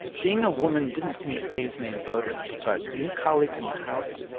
being a woman didn't seem to faze maine voters, but her new colleagues in the house.